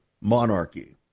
monarchy